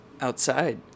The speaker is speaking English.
outside